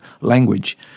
language